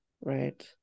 Right